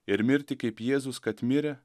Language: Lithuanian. ir mirti kaip jėzus kad mirė